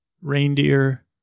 Reindeer